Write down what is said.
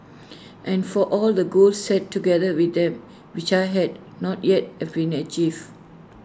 and for all the goals set together with them which I had not yet have been achieved